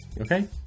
Okay